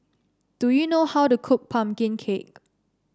do you know how to cook pumpkin cake